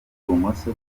ibumoso